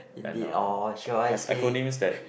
indeed or should I say